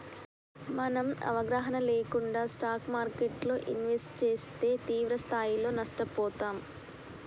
మనం అవగాహన లేకుండా స్టాక్ మార్కెట్టులో ఇన్వెస్ట్ చేస్తే తీవ్రస్థాయిలో నష్టపోతాం